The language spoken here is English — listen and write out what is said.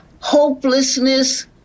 hopelessness